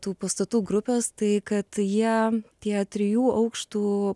tų pastatų grupės tai kad jie tie trijų aukštų